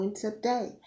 today